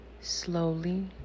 Slowly